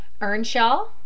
Earnshaw